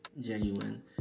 genuine